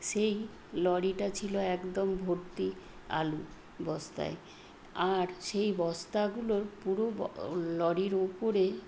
সেই লরিটা ছিল একদম ভর্তি আলু বস্তায় আর সেই বস্তাগুলো পুরো লরির ওপরে